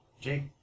Jake